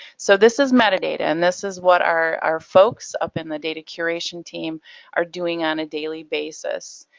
so this is metadata and this is what our folks up in the data curation team are doing on a daily basis.